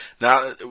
Now